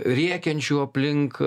rėkiančių aplink